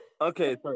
okay